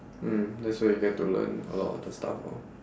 mm that's where you get to learn a lot of the stuff lor